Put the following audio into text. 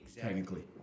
Technically